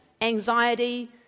anxiety